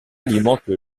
alimentent